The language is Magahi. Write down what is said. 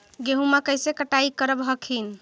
गेहुमा कैसे कटाई करब हखिन?